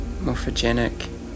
Morphogenic